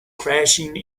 crashing